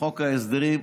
בחוק ההסדרים,